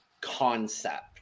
concept